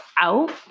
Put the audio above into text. out